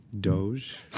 Doge